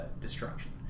destruction